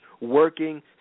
working